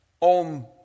on